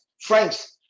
Friends